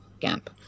camp